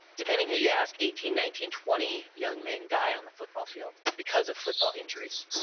depending who you ask, eighteen, nineteen, twenty young men die on the football field, because of football injuries.